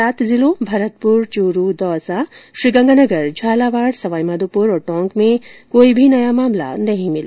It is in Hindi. सात जिलों भरतपुर चूरू दौसा श्रीगंगानगर झालावाड़ सवाई माधोपुर और टोंक में कोई नया मामला नहीं मिला